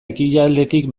ekialdetik